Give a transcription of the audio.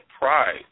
pride